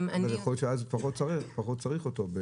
לפחות צריך אותו.